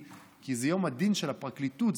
כי זה יום הדין של הפרקליטות,